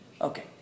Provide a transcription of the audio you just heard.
Okay